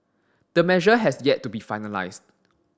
the measure has yet to be finalised